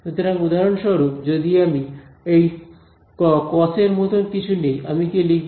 সুতরাং উদাহরণস্বরূপ যদি আমি এই কস এর মতো কিছু নিই আমি কি লিখব